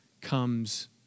comes